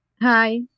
Hi